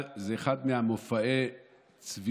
זה אחד מהשיאים של מופעי הצביעות